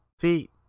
see